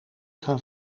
gaan